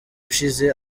ushize